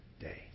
day